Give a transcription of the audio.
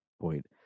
point